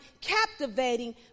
captivating